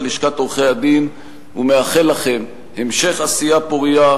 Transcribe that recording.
לשכת עורכי-הדין ומאחל לכם המשך עשייה פורייה,